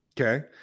okay